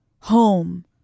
home